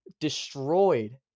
destroyed